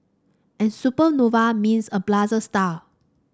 and supernova means a blazing star